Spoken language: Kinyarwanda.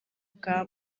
bwa